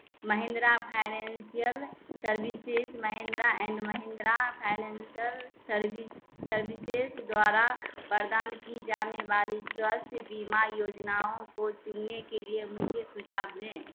Mahindra financial services Mahindra and Mahindra financial सर्वी services द्वारा द्वारा प्रदान की जाने वाली स्वास्थ्य बीमा योजनाओं को चुनने के लिए मुझे सुझाव दें